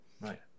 Right